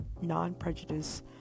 non-prejudice